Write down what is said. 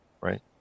right